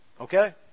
Okay